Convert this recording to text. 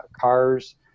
cars